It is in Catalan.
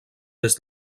des